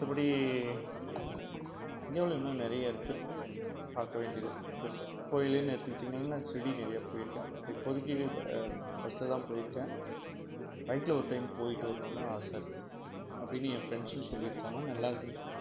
மற்றபடி இந்தியாவில் இன்னும் நிறைய இருக்குது பார்க்க வேண்டியது முதல்ல கோயிலுன்னு எடுத்துக்கிட்டீங்கன்னால் நான் நிறைய போயிருக்கேன் பட் இப்போதைக்கி பஸ்சில் தான் போயிருக்கேன் பைக்கில் ஒரு டைம் போயிட்டு வரணுன்னு ஆசை இருக்குது அப்படின்னு என் ஃப்ரெண்ட்ஸும் சொல்லியிருக்காங்க நல்லா இருக்குதுனு சொல்லியிருக்காங்க